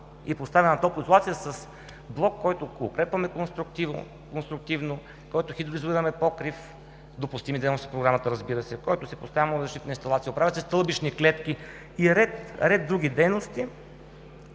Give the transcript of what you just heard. и поставяне на топлоизолация, с блок, който укрепваме конструктивно, на който хидроизолираме покрив, допустими дейности по програмата, разбира се, на който се поставя защитна инсталация, оправят се стълбищни клетки и ред други дейности,